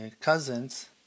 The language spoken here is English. cousins